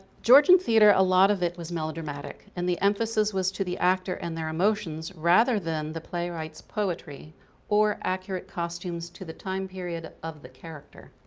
georgian theatre, a lot of it was melodramatic and the emphasis was to the actor and their emotions rather than the playwrights poetry or accurate costumes to the time period of the character.